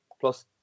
plus